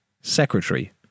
Secretary